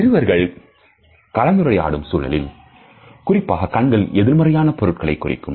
இருவர்கள் கலந்துரையாடும் சூழலில் குறிப்பாக கண்கள் எதிர்மறையான பொருட்களை குறிக்கும்